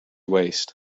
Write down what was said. waste